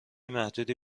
محدودی